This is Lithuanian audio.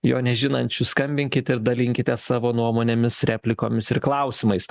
jo nežinančių skambinkit ir dalinkitės savo nuomonėmis replikomis ir klausimais